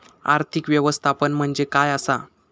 आर्थिक व्यवस्थापन म्हणजे काय असा?